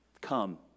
Come